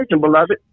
beloved